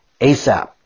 ASAP